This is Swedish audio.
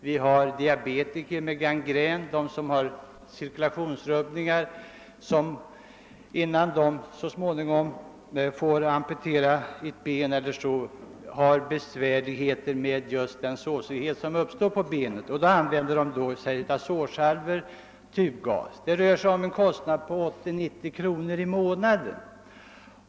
Likaså har vi diabetiker med gangrän »cirkulationsrubbningar». Så småningom måste de kanske amputera ett ben, men intill dess har de stora besvär med den sårighet som alltid uppstår på det sjuka benet. Då använder de sårsalvor och tubgas. Det kan röra sig om 80—90 kronor i månaden.